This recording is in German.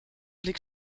blick